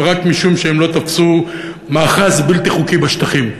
רק משום שהם לא תפסו מאחז בלתי חוקי בשטחים,